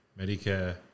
Medicare